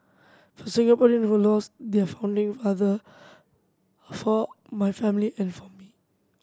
for Singaporean who lost their founding father for my family and for me